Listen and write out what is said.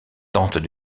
tentent